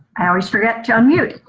i always forget to unmute.